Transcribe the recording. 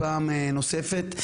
פעם נוספת,